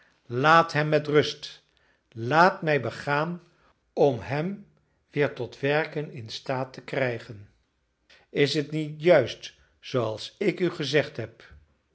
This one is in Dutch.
laat hem met rust laat mij begaan om hem weer tot werken in staat te krijgen is het niet juist zooals ik u gezegd heb